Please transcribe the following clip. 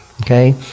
okay